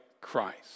Christ